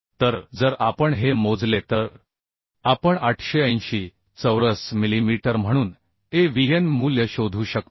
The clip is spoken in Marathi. तर जर आपण हे मोजले तर आपण 880 चौरस मिलीमीटर म्हणून avn मूल्य शोधू शकतो